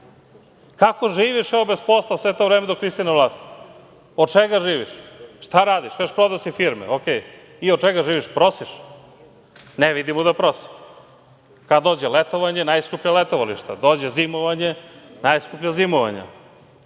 kako živiš bez posla sve to vreme dok nisi na vlasti? Od čega živiš? Šta radiš? Kažeš - prodao si firme, okej. I od čega živiš? Prosiš? Ne vidimo da prosiš. Kad dođe letovanje, najskuplja letovališta, dođe zimovanje, najskuplja zimovanja,